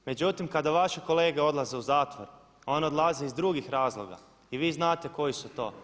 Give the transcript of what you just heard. Međutim kada vaše kolege odlaze u zatvor one odlaze iz drugih razloga i vi znate koji su to.